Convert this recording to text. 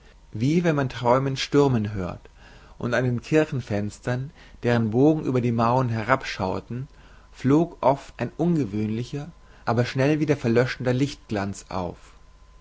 wie wenn man träumend stürmen hört und an den kirchenfenstern deren bogen über die mauer herabschaueten flog oft ein ungewöhnlicher aber schnell wieder verlöschender lichtglanz auf